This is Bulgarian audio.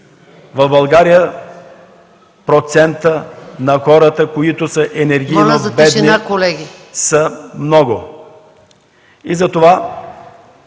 В България процентът на хората, които са енергийно бедни, е голям.